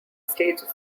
stages